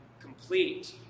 complete